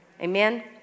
Amen